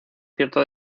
cierto